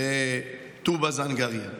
בטובא-זנגרייה,